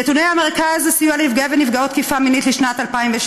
נתוני המרכז לסיוע לנפגעי ונפגעות תקיפה מינית לשנת 2017: